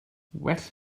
well